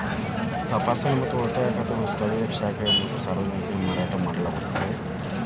ತಪಾಸಣೆ ಮತ್ತು ಉಳಿತಾಯ ಖಾತೆಗಳನ್ನು ಸ್ಥಳೇಯ ಶಾಖೆಗಳ ಮೂಲಕ ಸಾರ್ವಜನಿಕರಿಗೆ ಮಾರಾಟ ಮಾಡಲಾಗುತ್ತದ